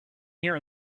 here